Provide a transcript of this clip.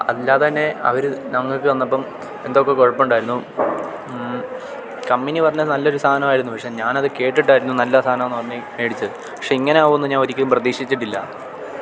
അല്ലാതെ തന്നെ അവര് ഞങ്ങൾക്ക് തന്നപ്പം എന്തൊക്കെ കുഴപ്പം ഉണ്ടായിരുന്നു കമ്പനി പറഞ്ഞാൽ നല്ലൊരു സധന്മായിരുന്നു പക്ഷേ ഞാനത് കേട്ടിട്ടായിരുന്നു നല്ല സാധനമാണ് എന്ന് പറഞ്ഞ് മേടിച്ചത് പക്ഷേ ഇങ്ങനെ ആകുമെന്ന് ഞാനൊരിക്കലും പ്രതീക്ഷിച്ചിട്ടില്ല